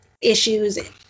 issues